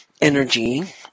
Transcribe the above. energy